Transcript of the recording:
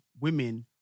women